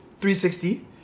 360